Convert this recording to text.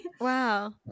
Wow